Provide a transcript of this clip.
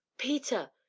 peter!